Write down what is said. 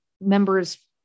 members